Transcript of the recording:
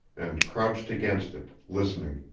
and crouched against it, listening.